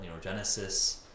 neurogenesis